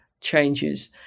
changes